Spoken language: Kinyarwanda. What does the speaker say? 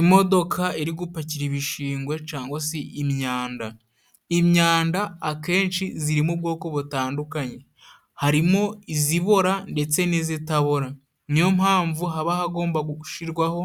Imodoka iri gupakira ibishingwe cangwa si imyanda . Imyanda akenshi ziririmo ubwoko butandukanye harimo izibora ndetse n'izitabora. Niyo mpamvu haba hagomba gushirwaho